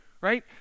right